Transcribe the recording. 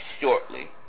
shortly